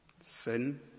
sin